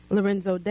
Lorenzo